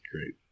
great